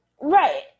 Right